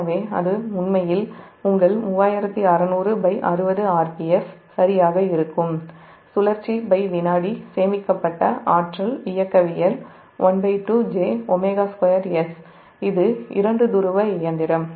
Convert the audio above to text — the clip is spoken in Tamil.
எனவே அது உண்மையில் உங்கள் 360060 rps சரியாக இருக்கும் சுழற்சி வினாடி சேமிக்கப்பட்ட ஆற்றல் இயக்கவியல் ½ J 𝝎2s இது 2 துருவ இயந்திரம்